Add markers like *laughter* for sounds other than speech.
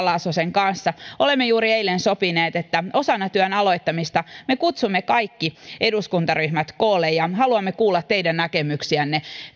*unintelligible* laasonen kanssa olemme juuri eilen sopineet että osana työn aloittamista me kutsumme kaikki eduskuntaryhmät koolle ja haluamme kuulla teidän näkemyksiänne